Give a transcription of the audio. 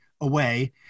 away